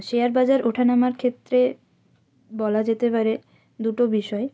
share বাজার ওঠা নামার ক্ষেত্রে বলা যেতে পারে দুটো বিষয়